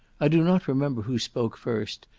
i do not remember who spoke first,